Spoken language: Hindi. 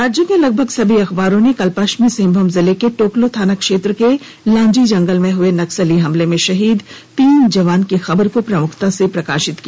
राज्य के लगभग सभी अखबारों ने कल पश्चिमी सिंहभूम जिले के टोकलो थाना क्षेत्र के लांजी जंगल में हुए नक्सली हमले में शहीद तीन जवान की खबर को प्रमुखता से प्रकाशित किया है